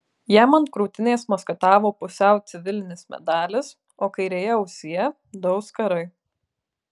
jam ant krūtinės maskatavo pusiau civilinis medalis o kairėje ausyje du auskarai